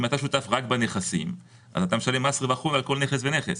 אם אתה שותף רק בנכסים אז אתה משלם מס רווח על כל נכס ונכס.